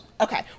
Okay